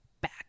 back